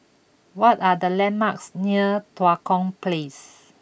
what are the landmarks near Tua Kong Place